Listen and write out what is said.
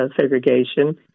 segregation